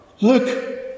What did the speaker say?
Look